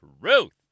truth